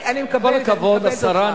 עם כל הכבוד לשרה,